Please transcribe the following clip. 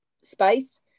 space